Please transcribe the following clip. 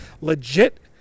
legit